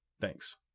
Thanks